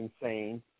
insane